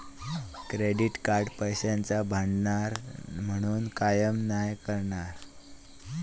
credit card पैशाचा भांडार म्हणून काम नाय करणा